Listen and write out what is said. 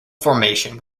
formation